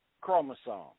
chromosome